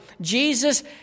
Jesus